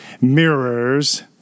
mirrors